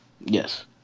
Yes